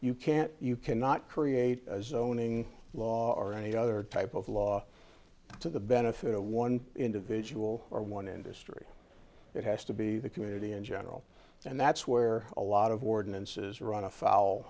you can't you cannot create as owning law or any other type of law to the benefit of one individual or one industry it has to be the community in general and that's where a lot of ordinances run afoul